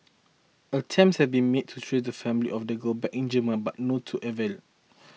attempts had been made to trace the family of the girl back in Germany but no to avail